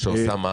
שעושה מה?